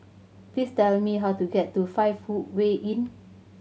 please tell me how to get to Five Footway Inn